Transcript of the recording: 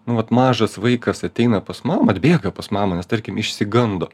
nu vat mažas vaikas ateina pas mamą atbėga pas mamą nes tarkim išsigando